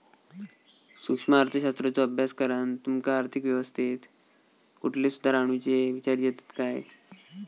सूक्ष्म अर्थशास्त्राचो अभ्यास करान तुमका आर्थिक अवस्थेत कुठले सुधार आणुचे विचार येतत काय?